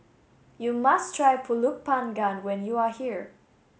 you must try Pulut panggang when you are here